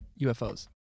UFOs